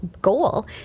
goal